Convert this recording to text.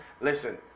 Listen